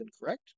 incorrect